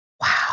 Wow